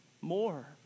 More